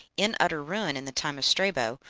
in utter ruin in the time of strabo,